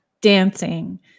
dancing